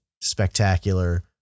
spectacular